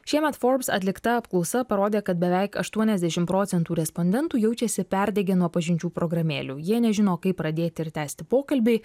šiemet forbs atlikta apklausa parodė kad beveik aštuoniasdešim procentų respondentų jaučiasi perdegę nuo pažinčių programėlių jie nežino kaip pradėti ir tęsti pokalbį